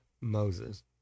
Moses